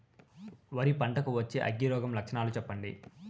వరి పంట కు వచ్చే అగ్గి రోగం లక్షణాలు చెప్పండి?